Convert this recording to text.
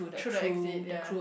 through the exit yea